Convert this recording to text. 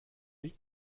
lui